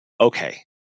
okay